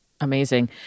Amazing